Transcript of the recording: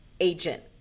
agent